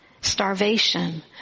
starvation